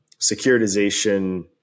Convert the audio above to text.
securitization